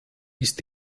ist